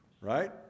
right